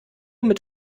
mit